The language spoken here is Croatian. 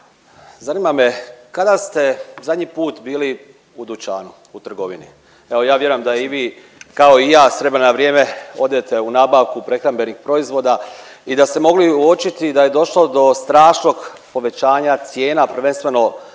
zanima me kada ste zadnji put bili u dućanu, u trgovini. Evo ja vjerujem da i vi kao i ja s vremena na vrijeme odete u nabavku prehrambenih proizvoda i da ste mogli uočiti da je došlo do strašnog povećanja cijena, prvenstveno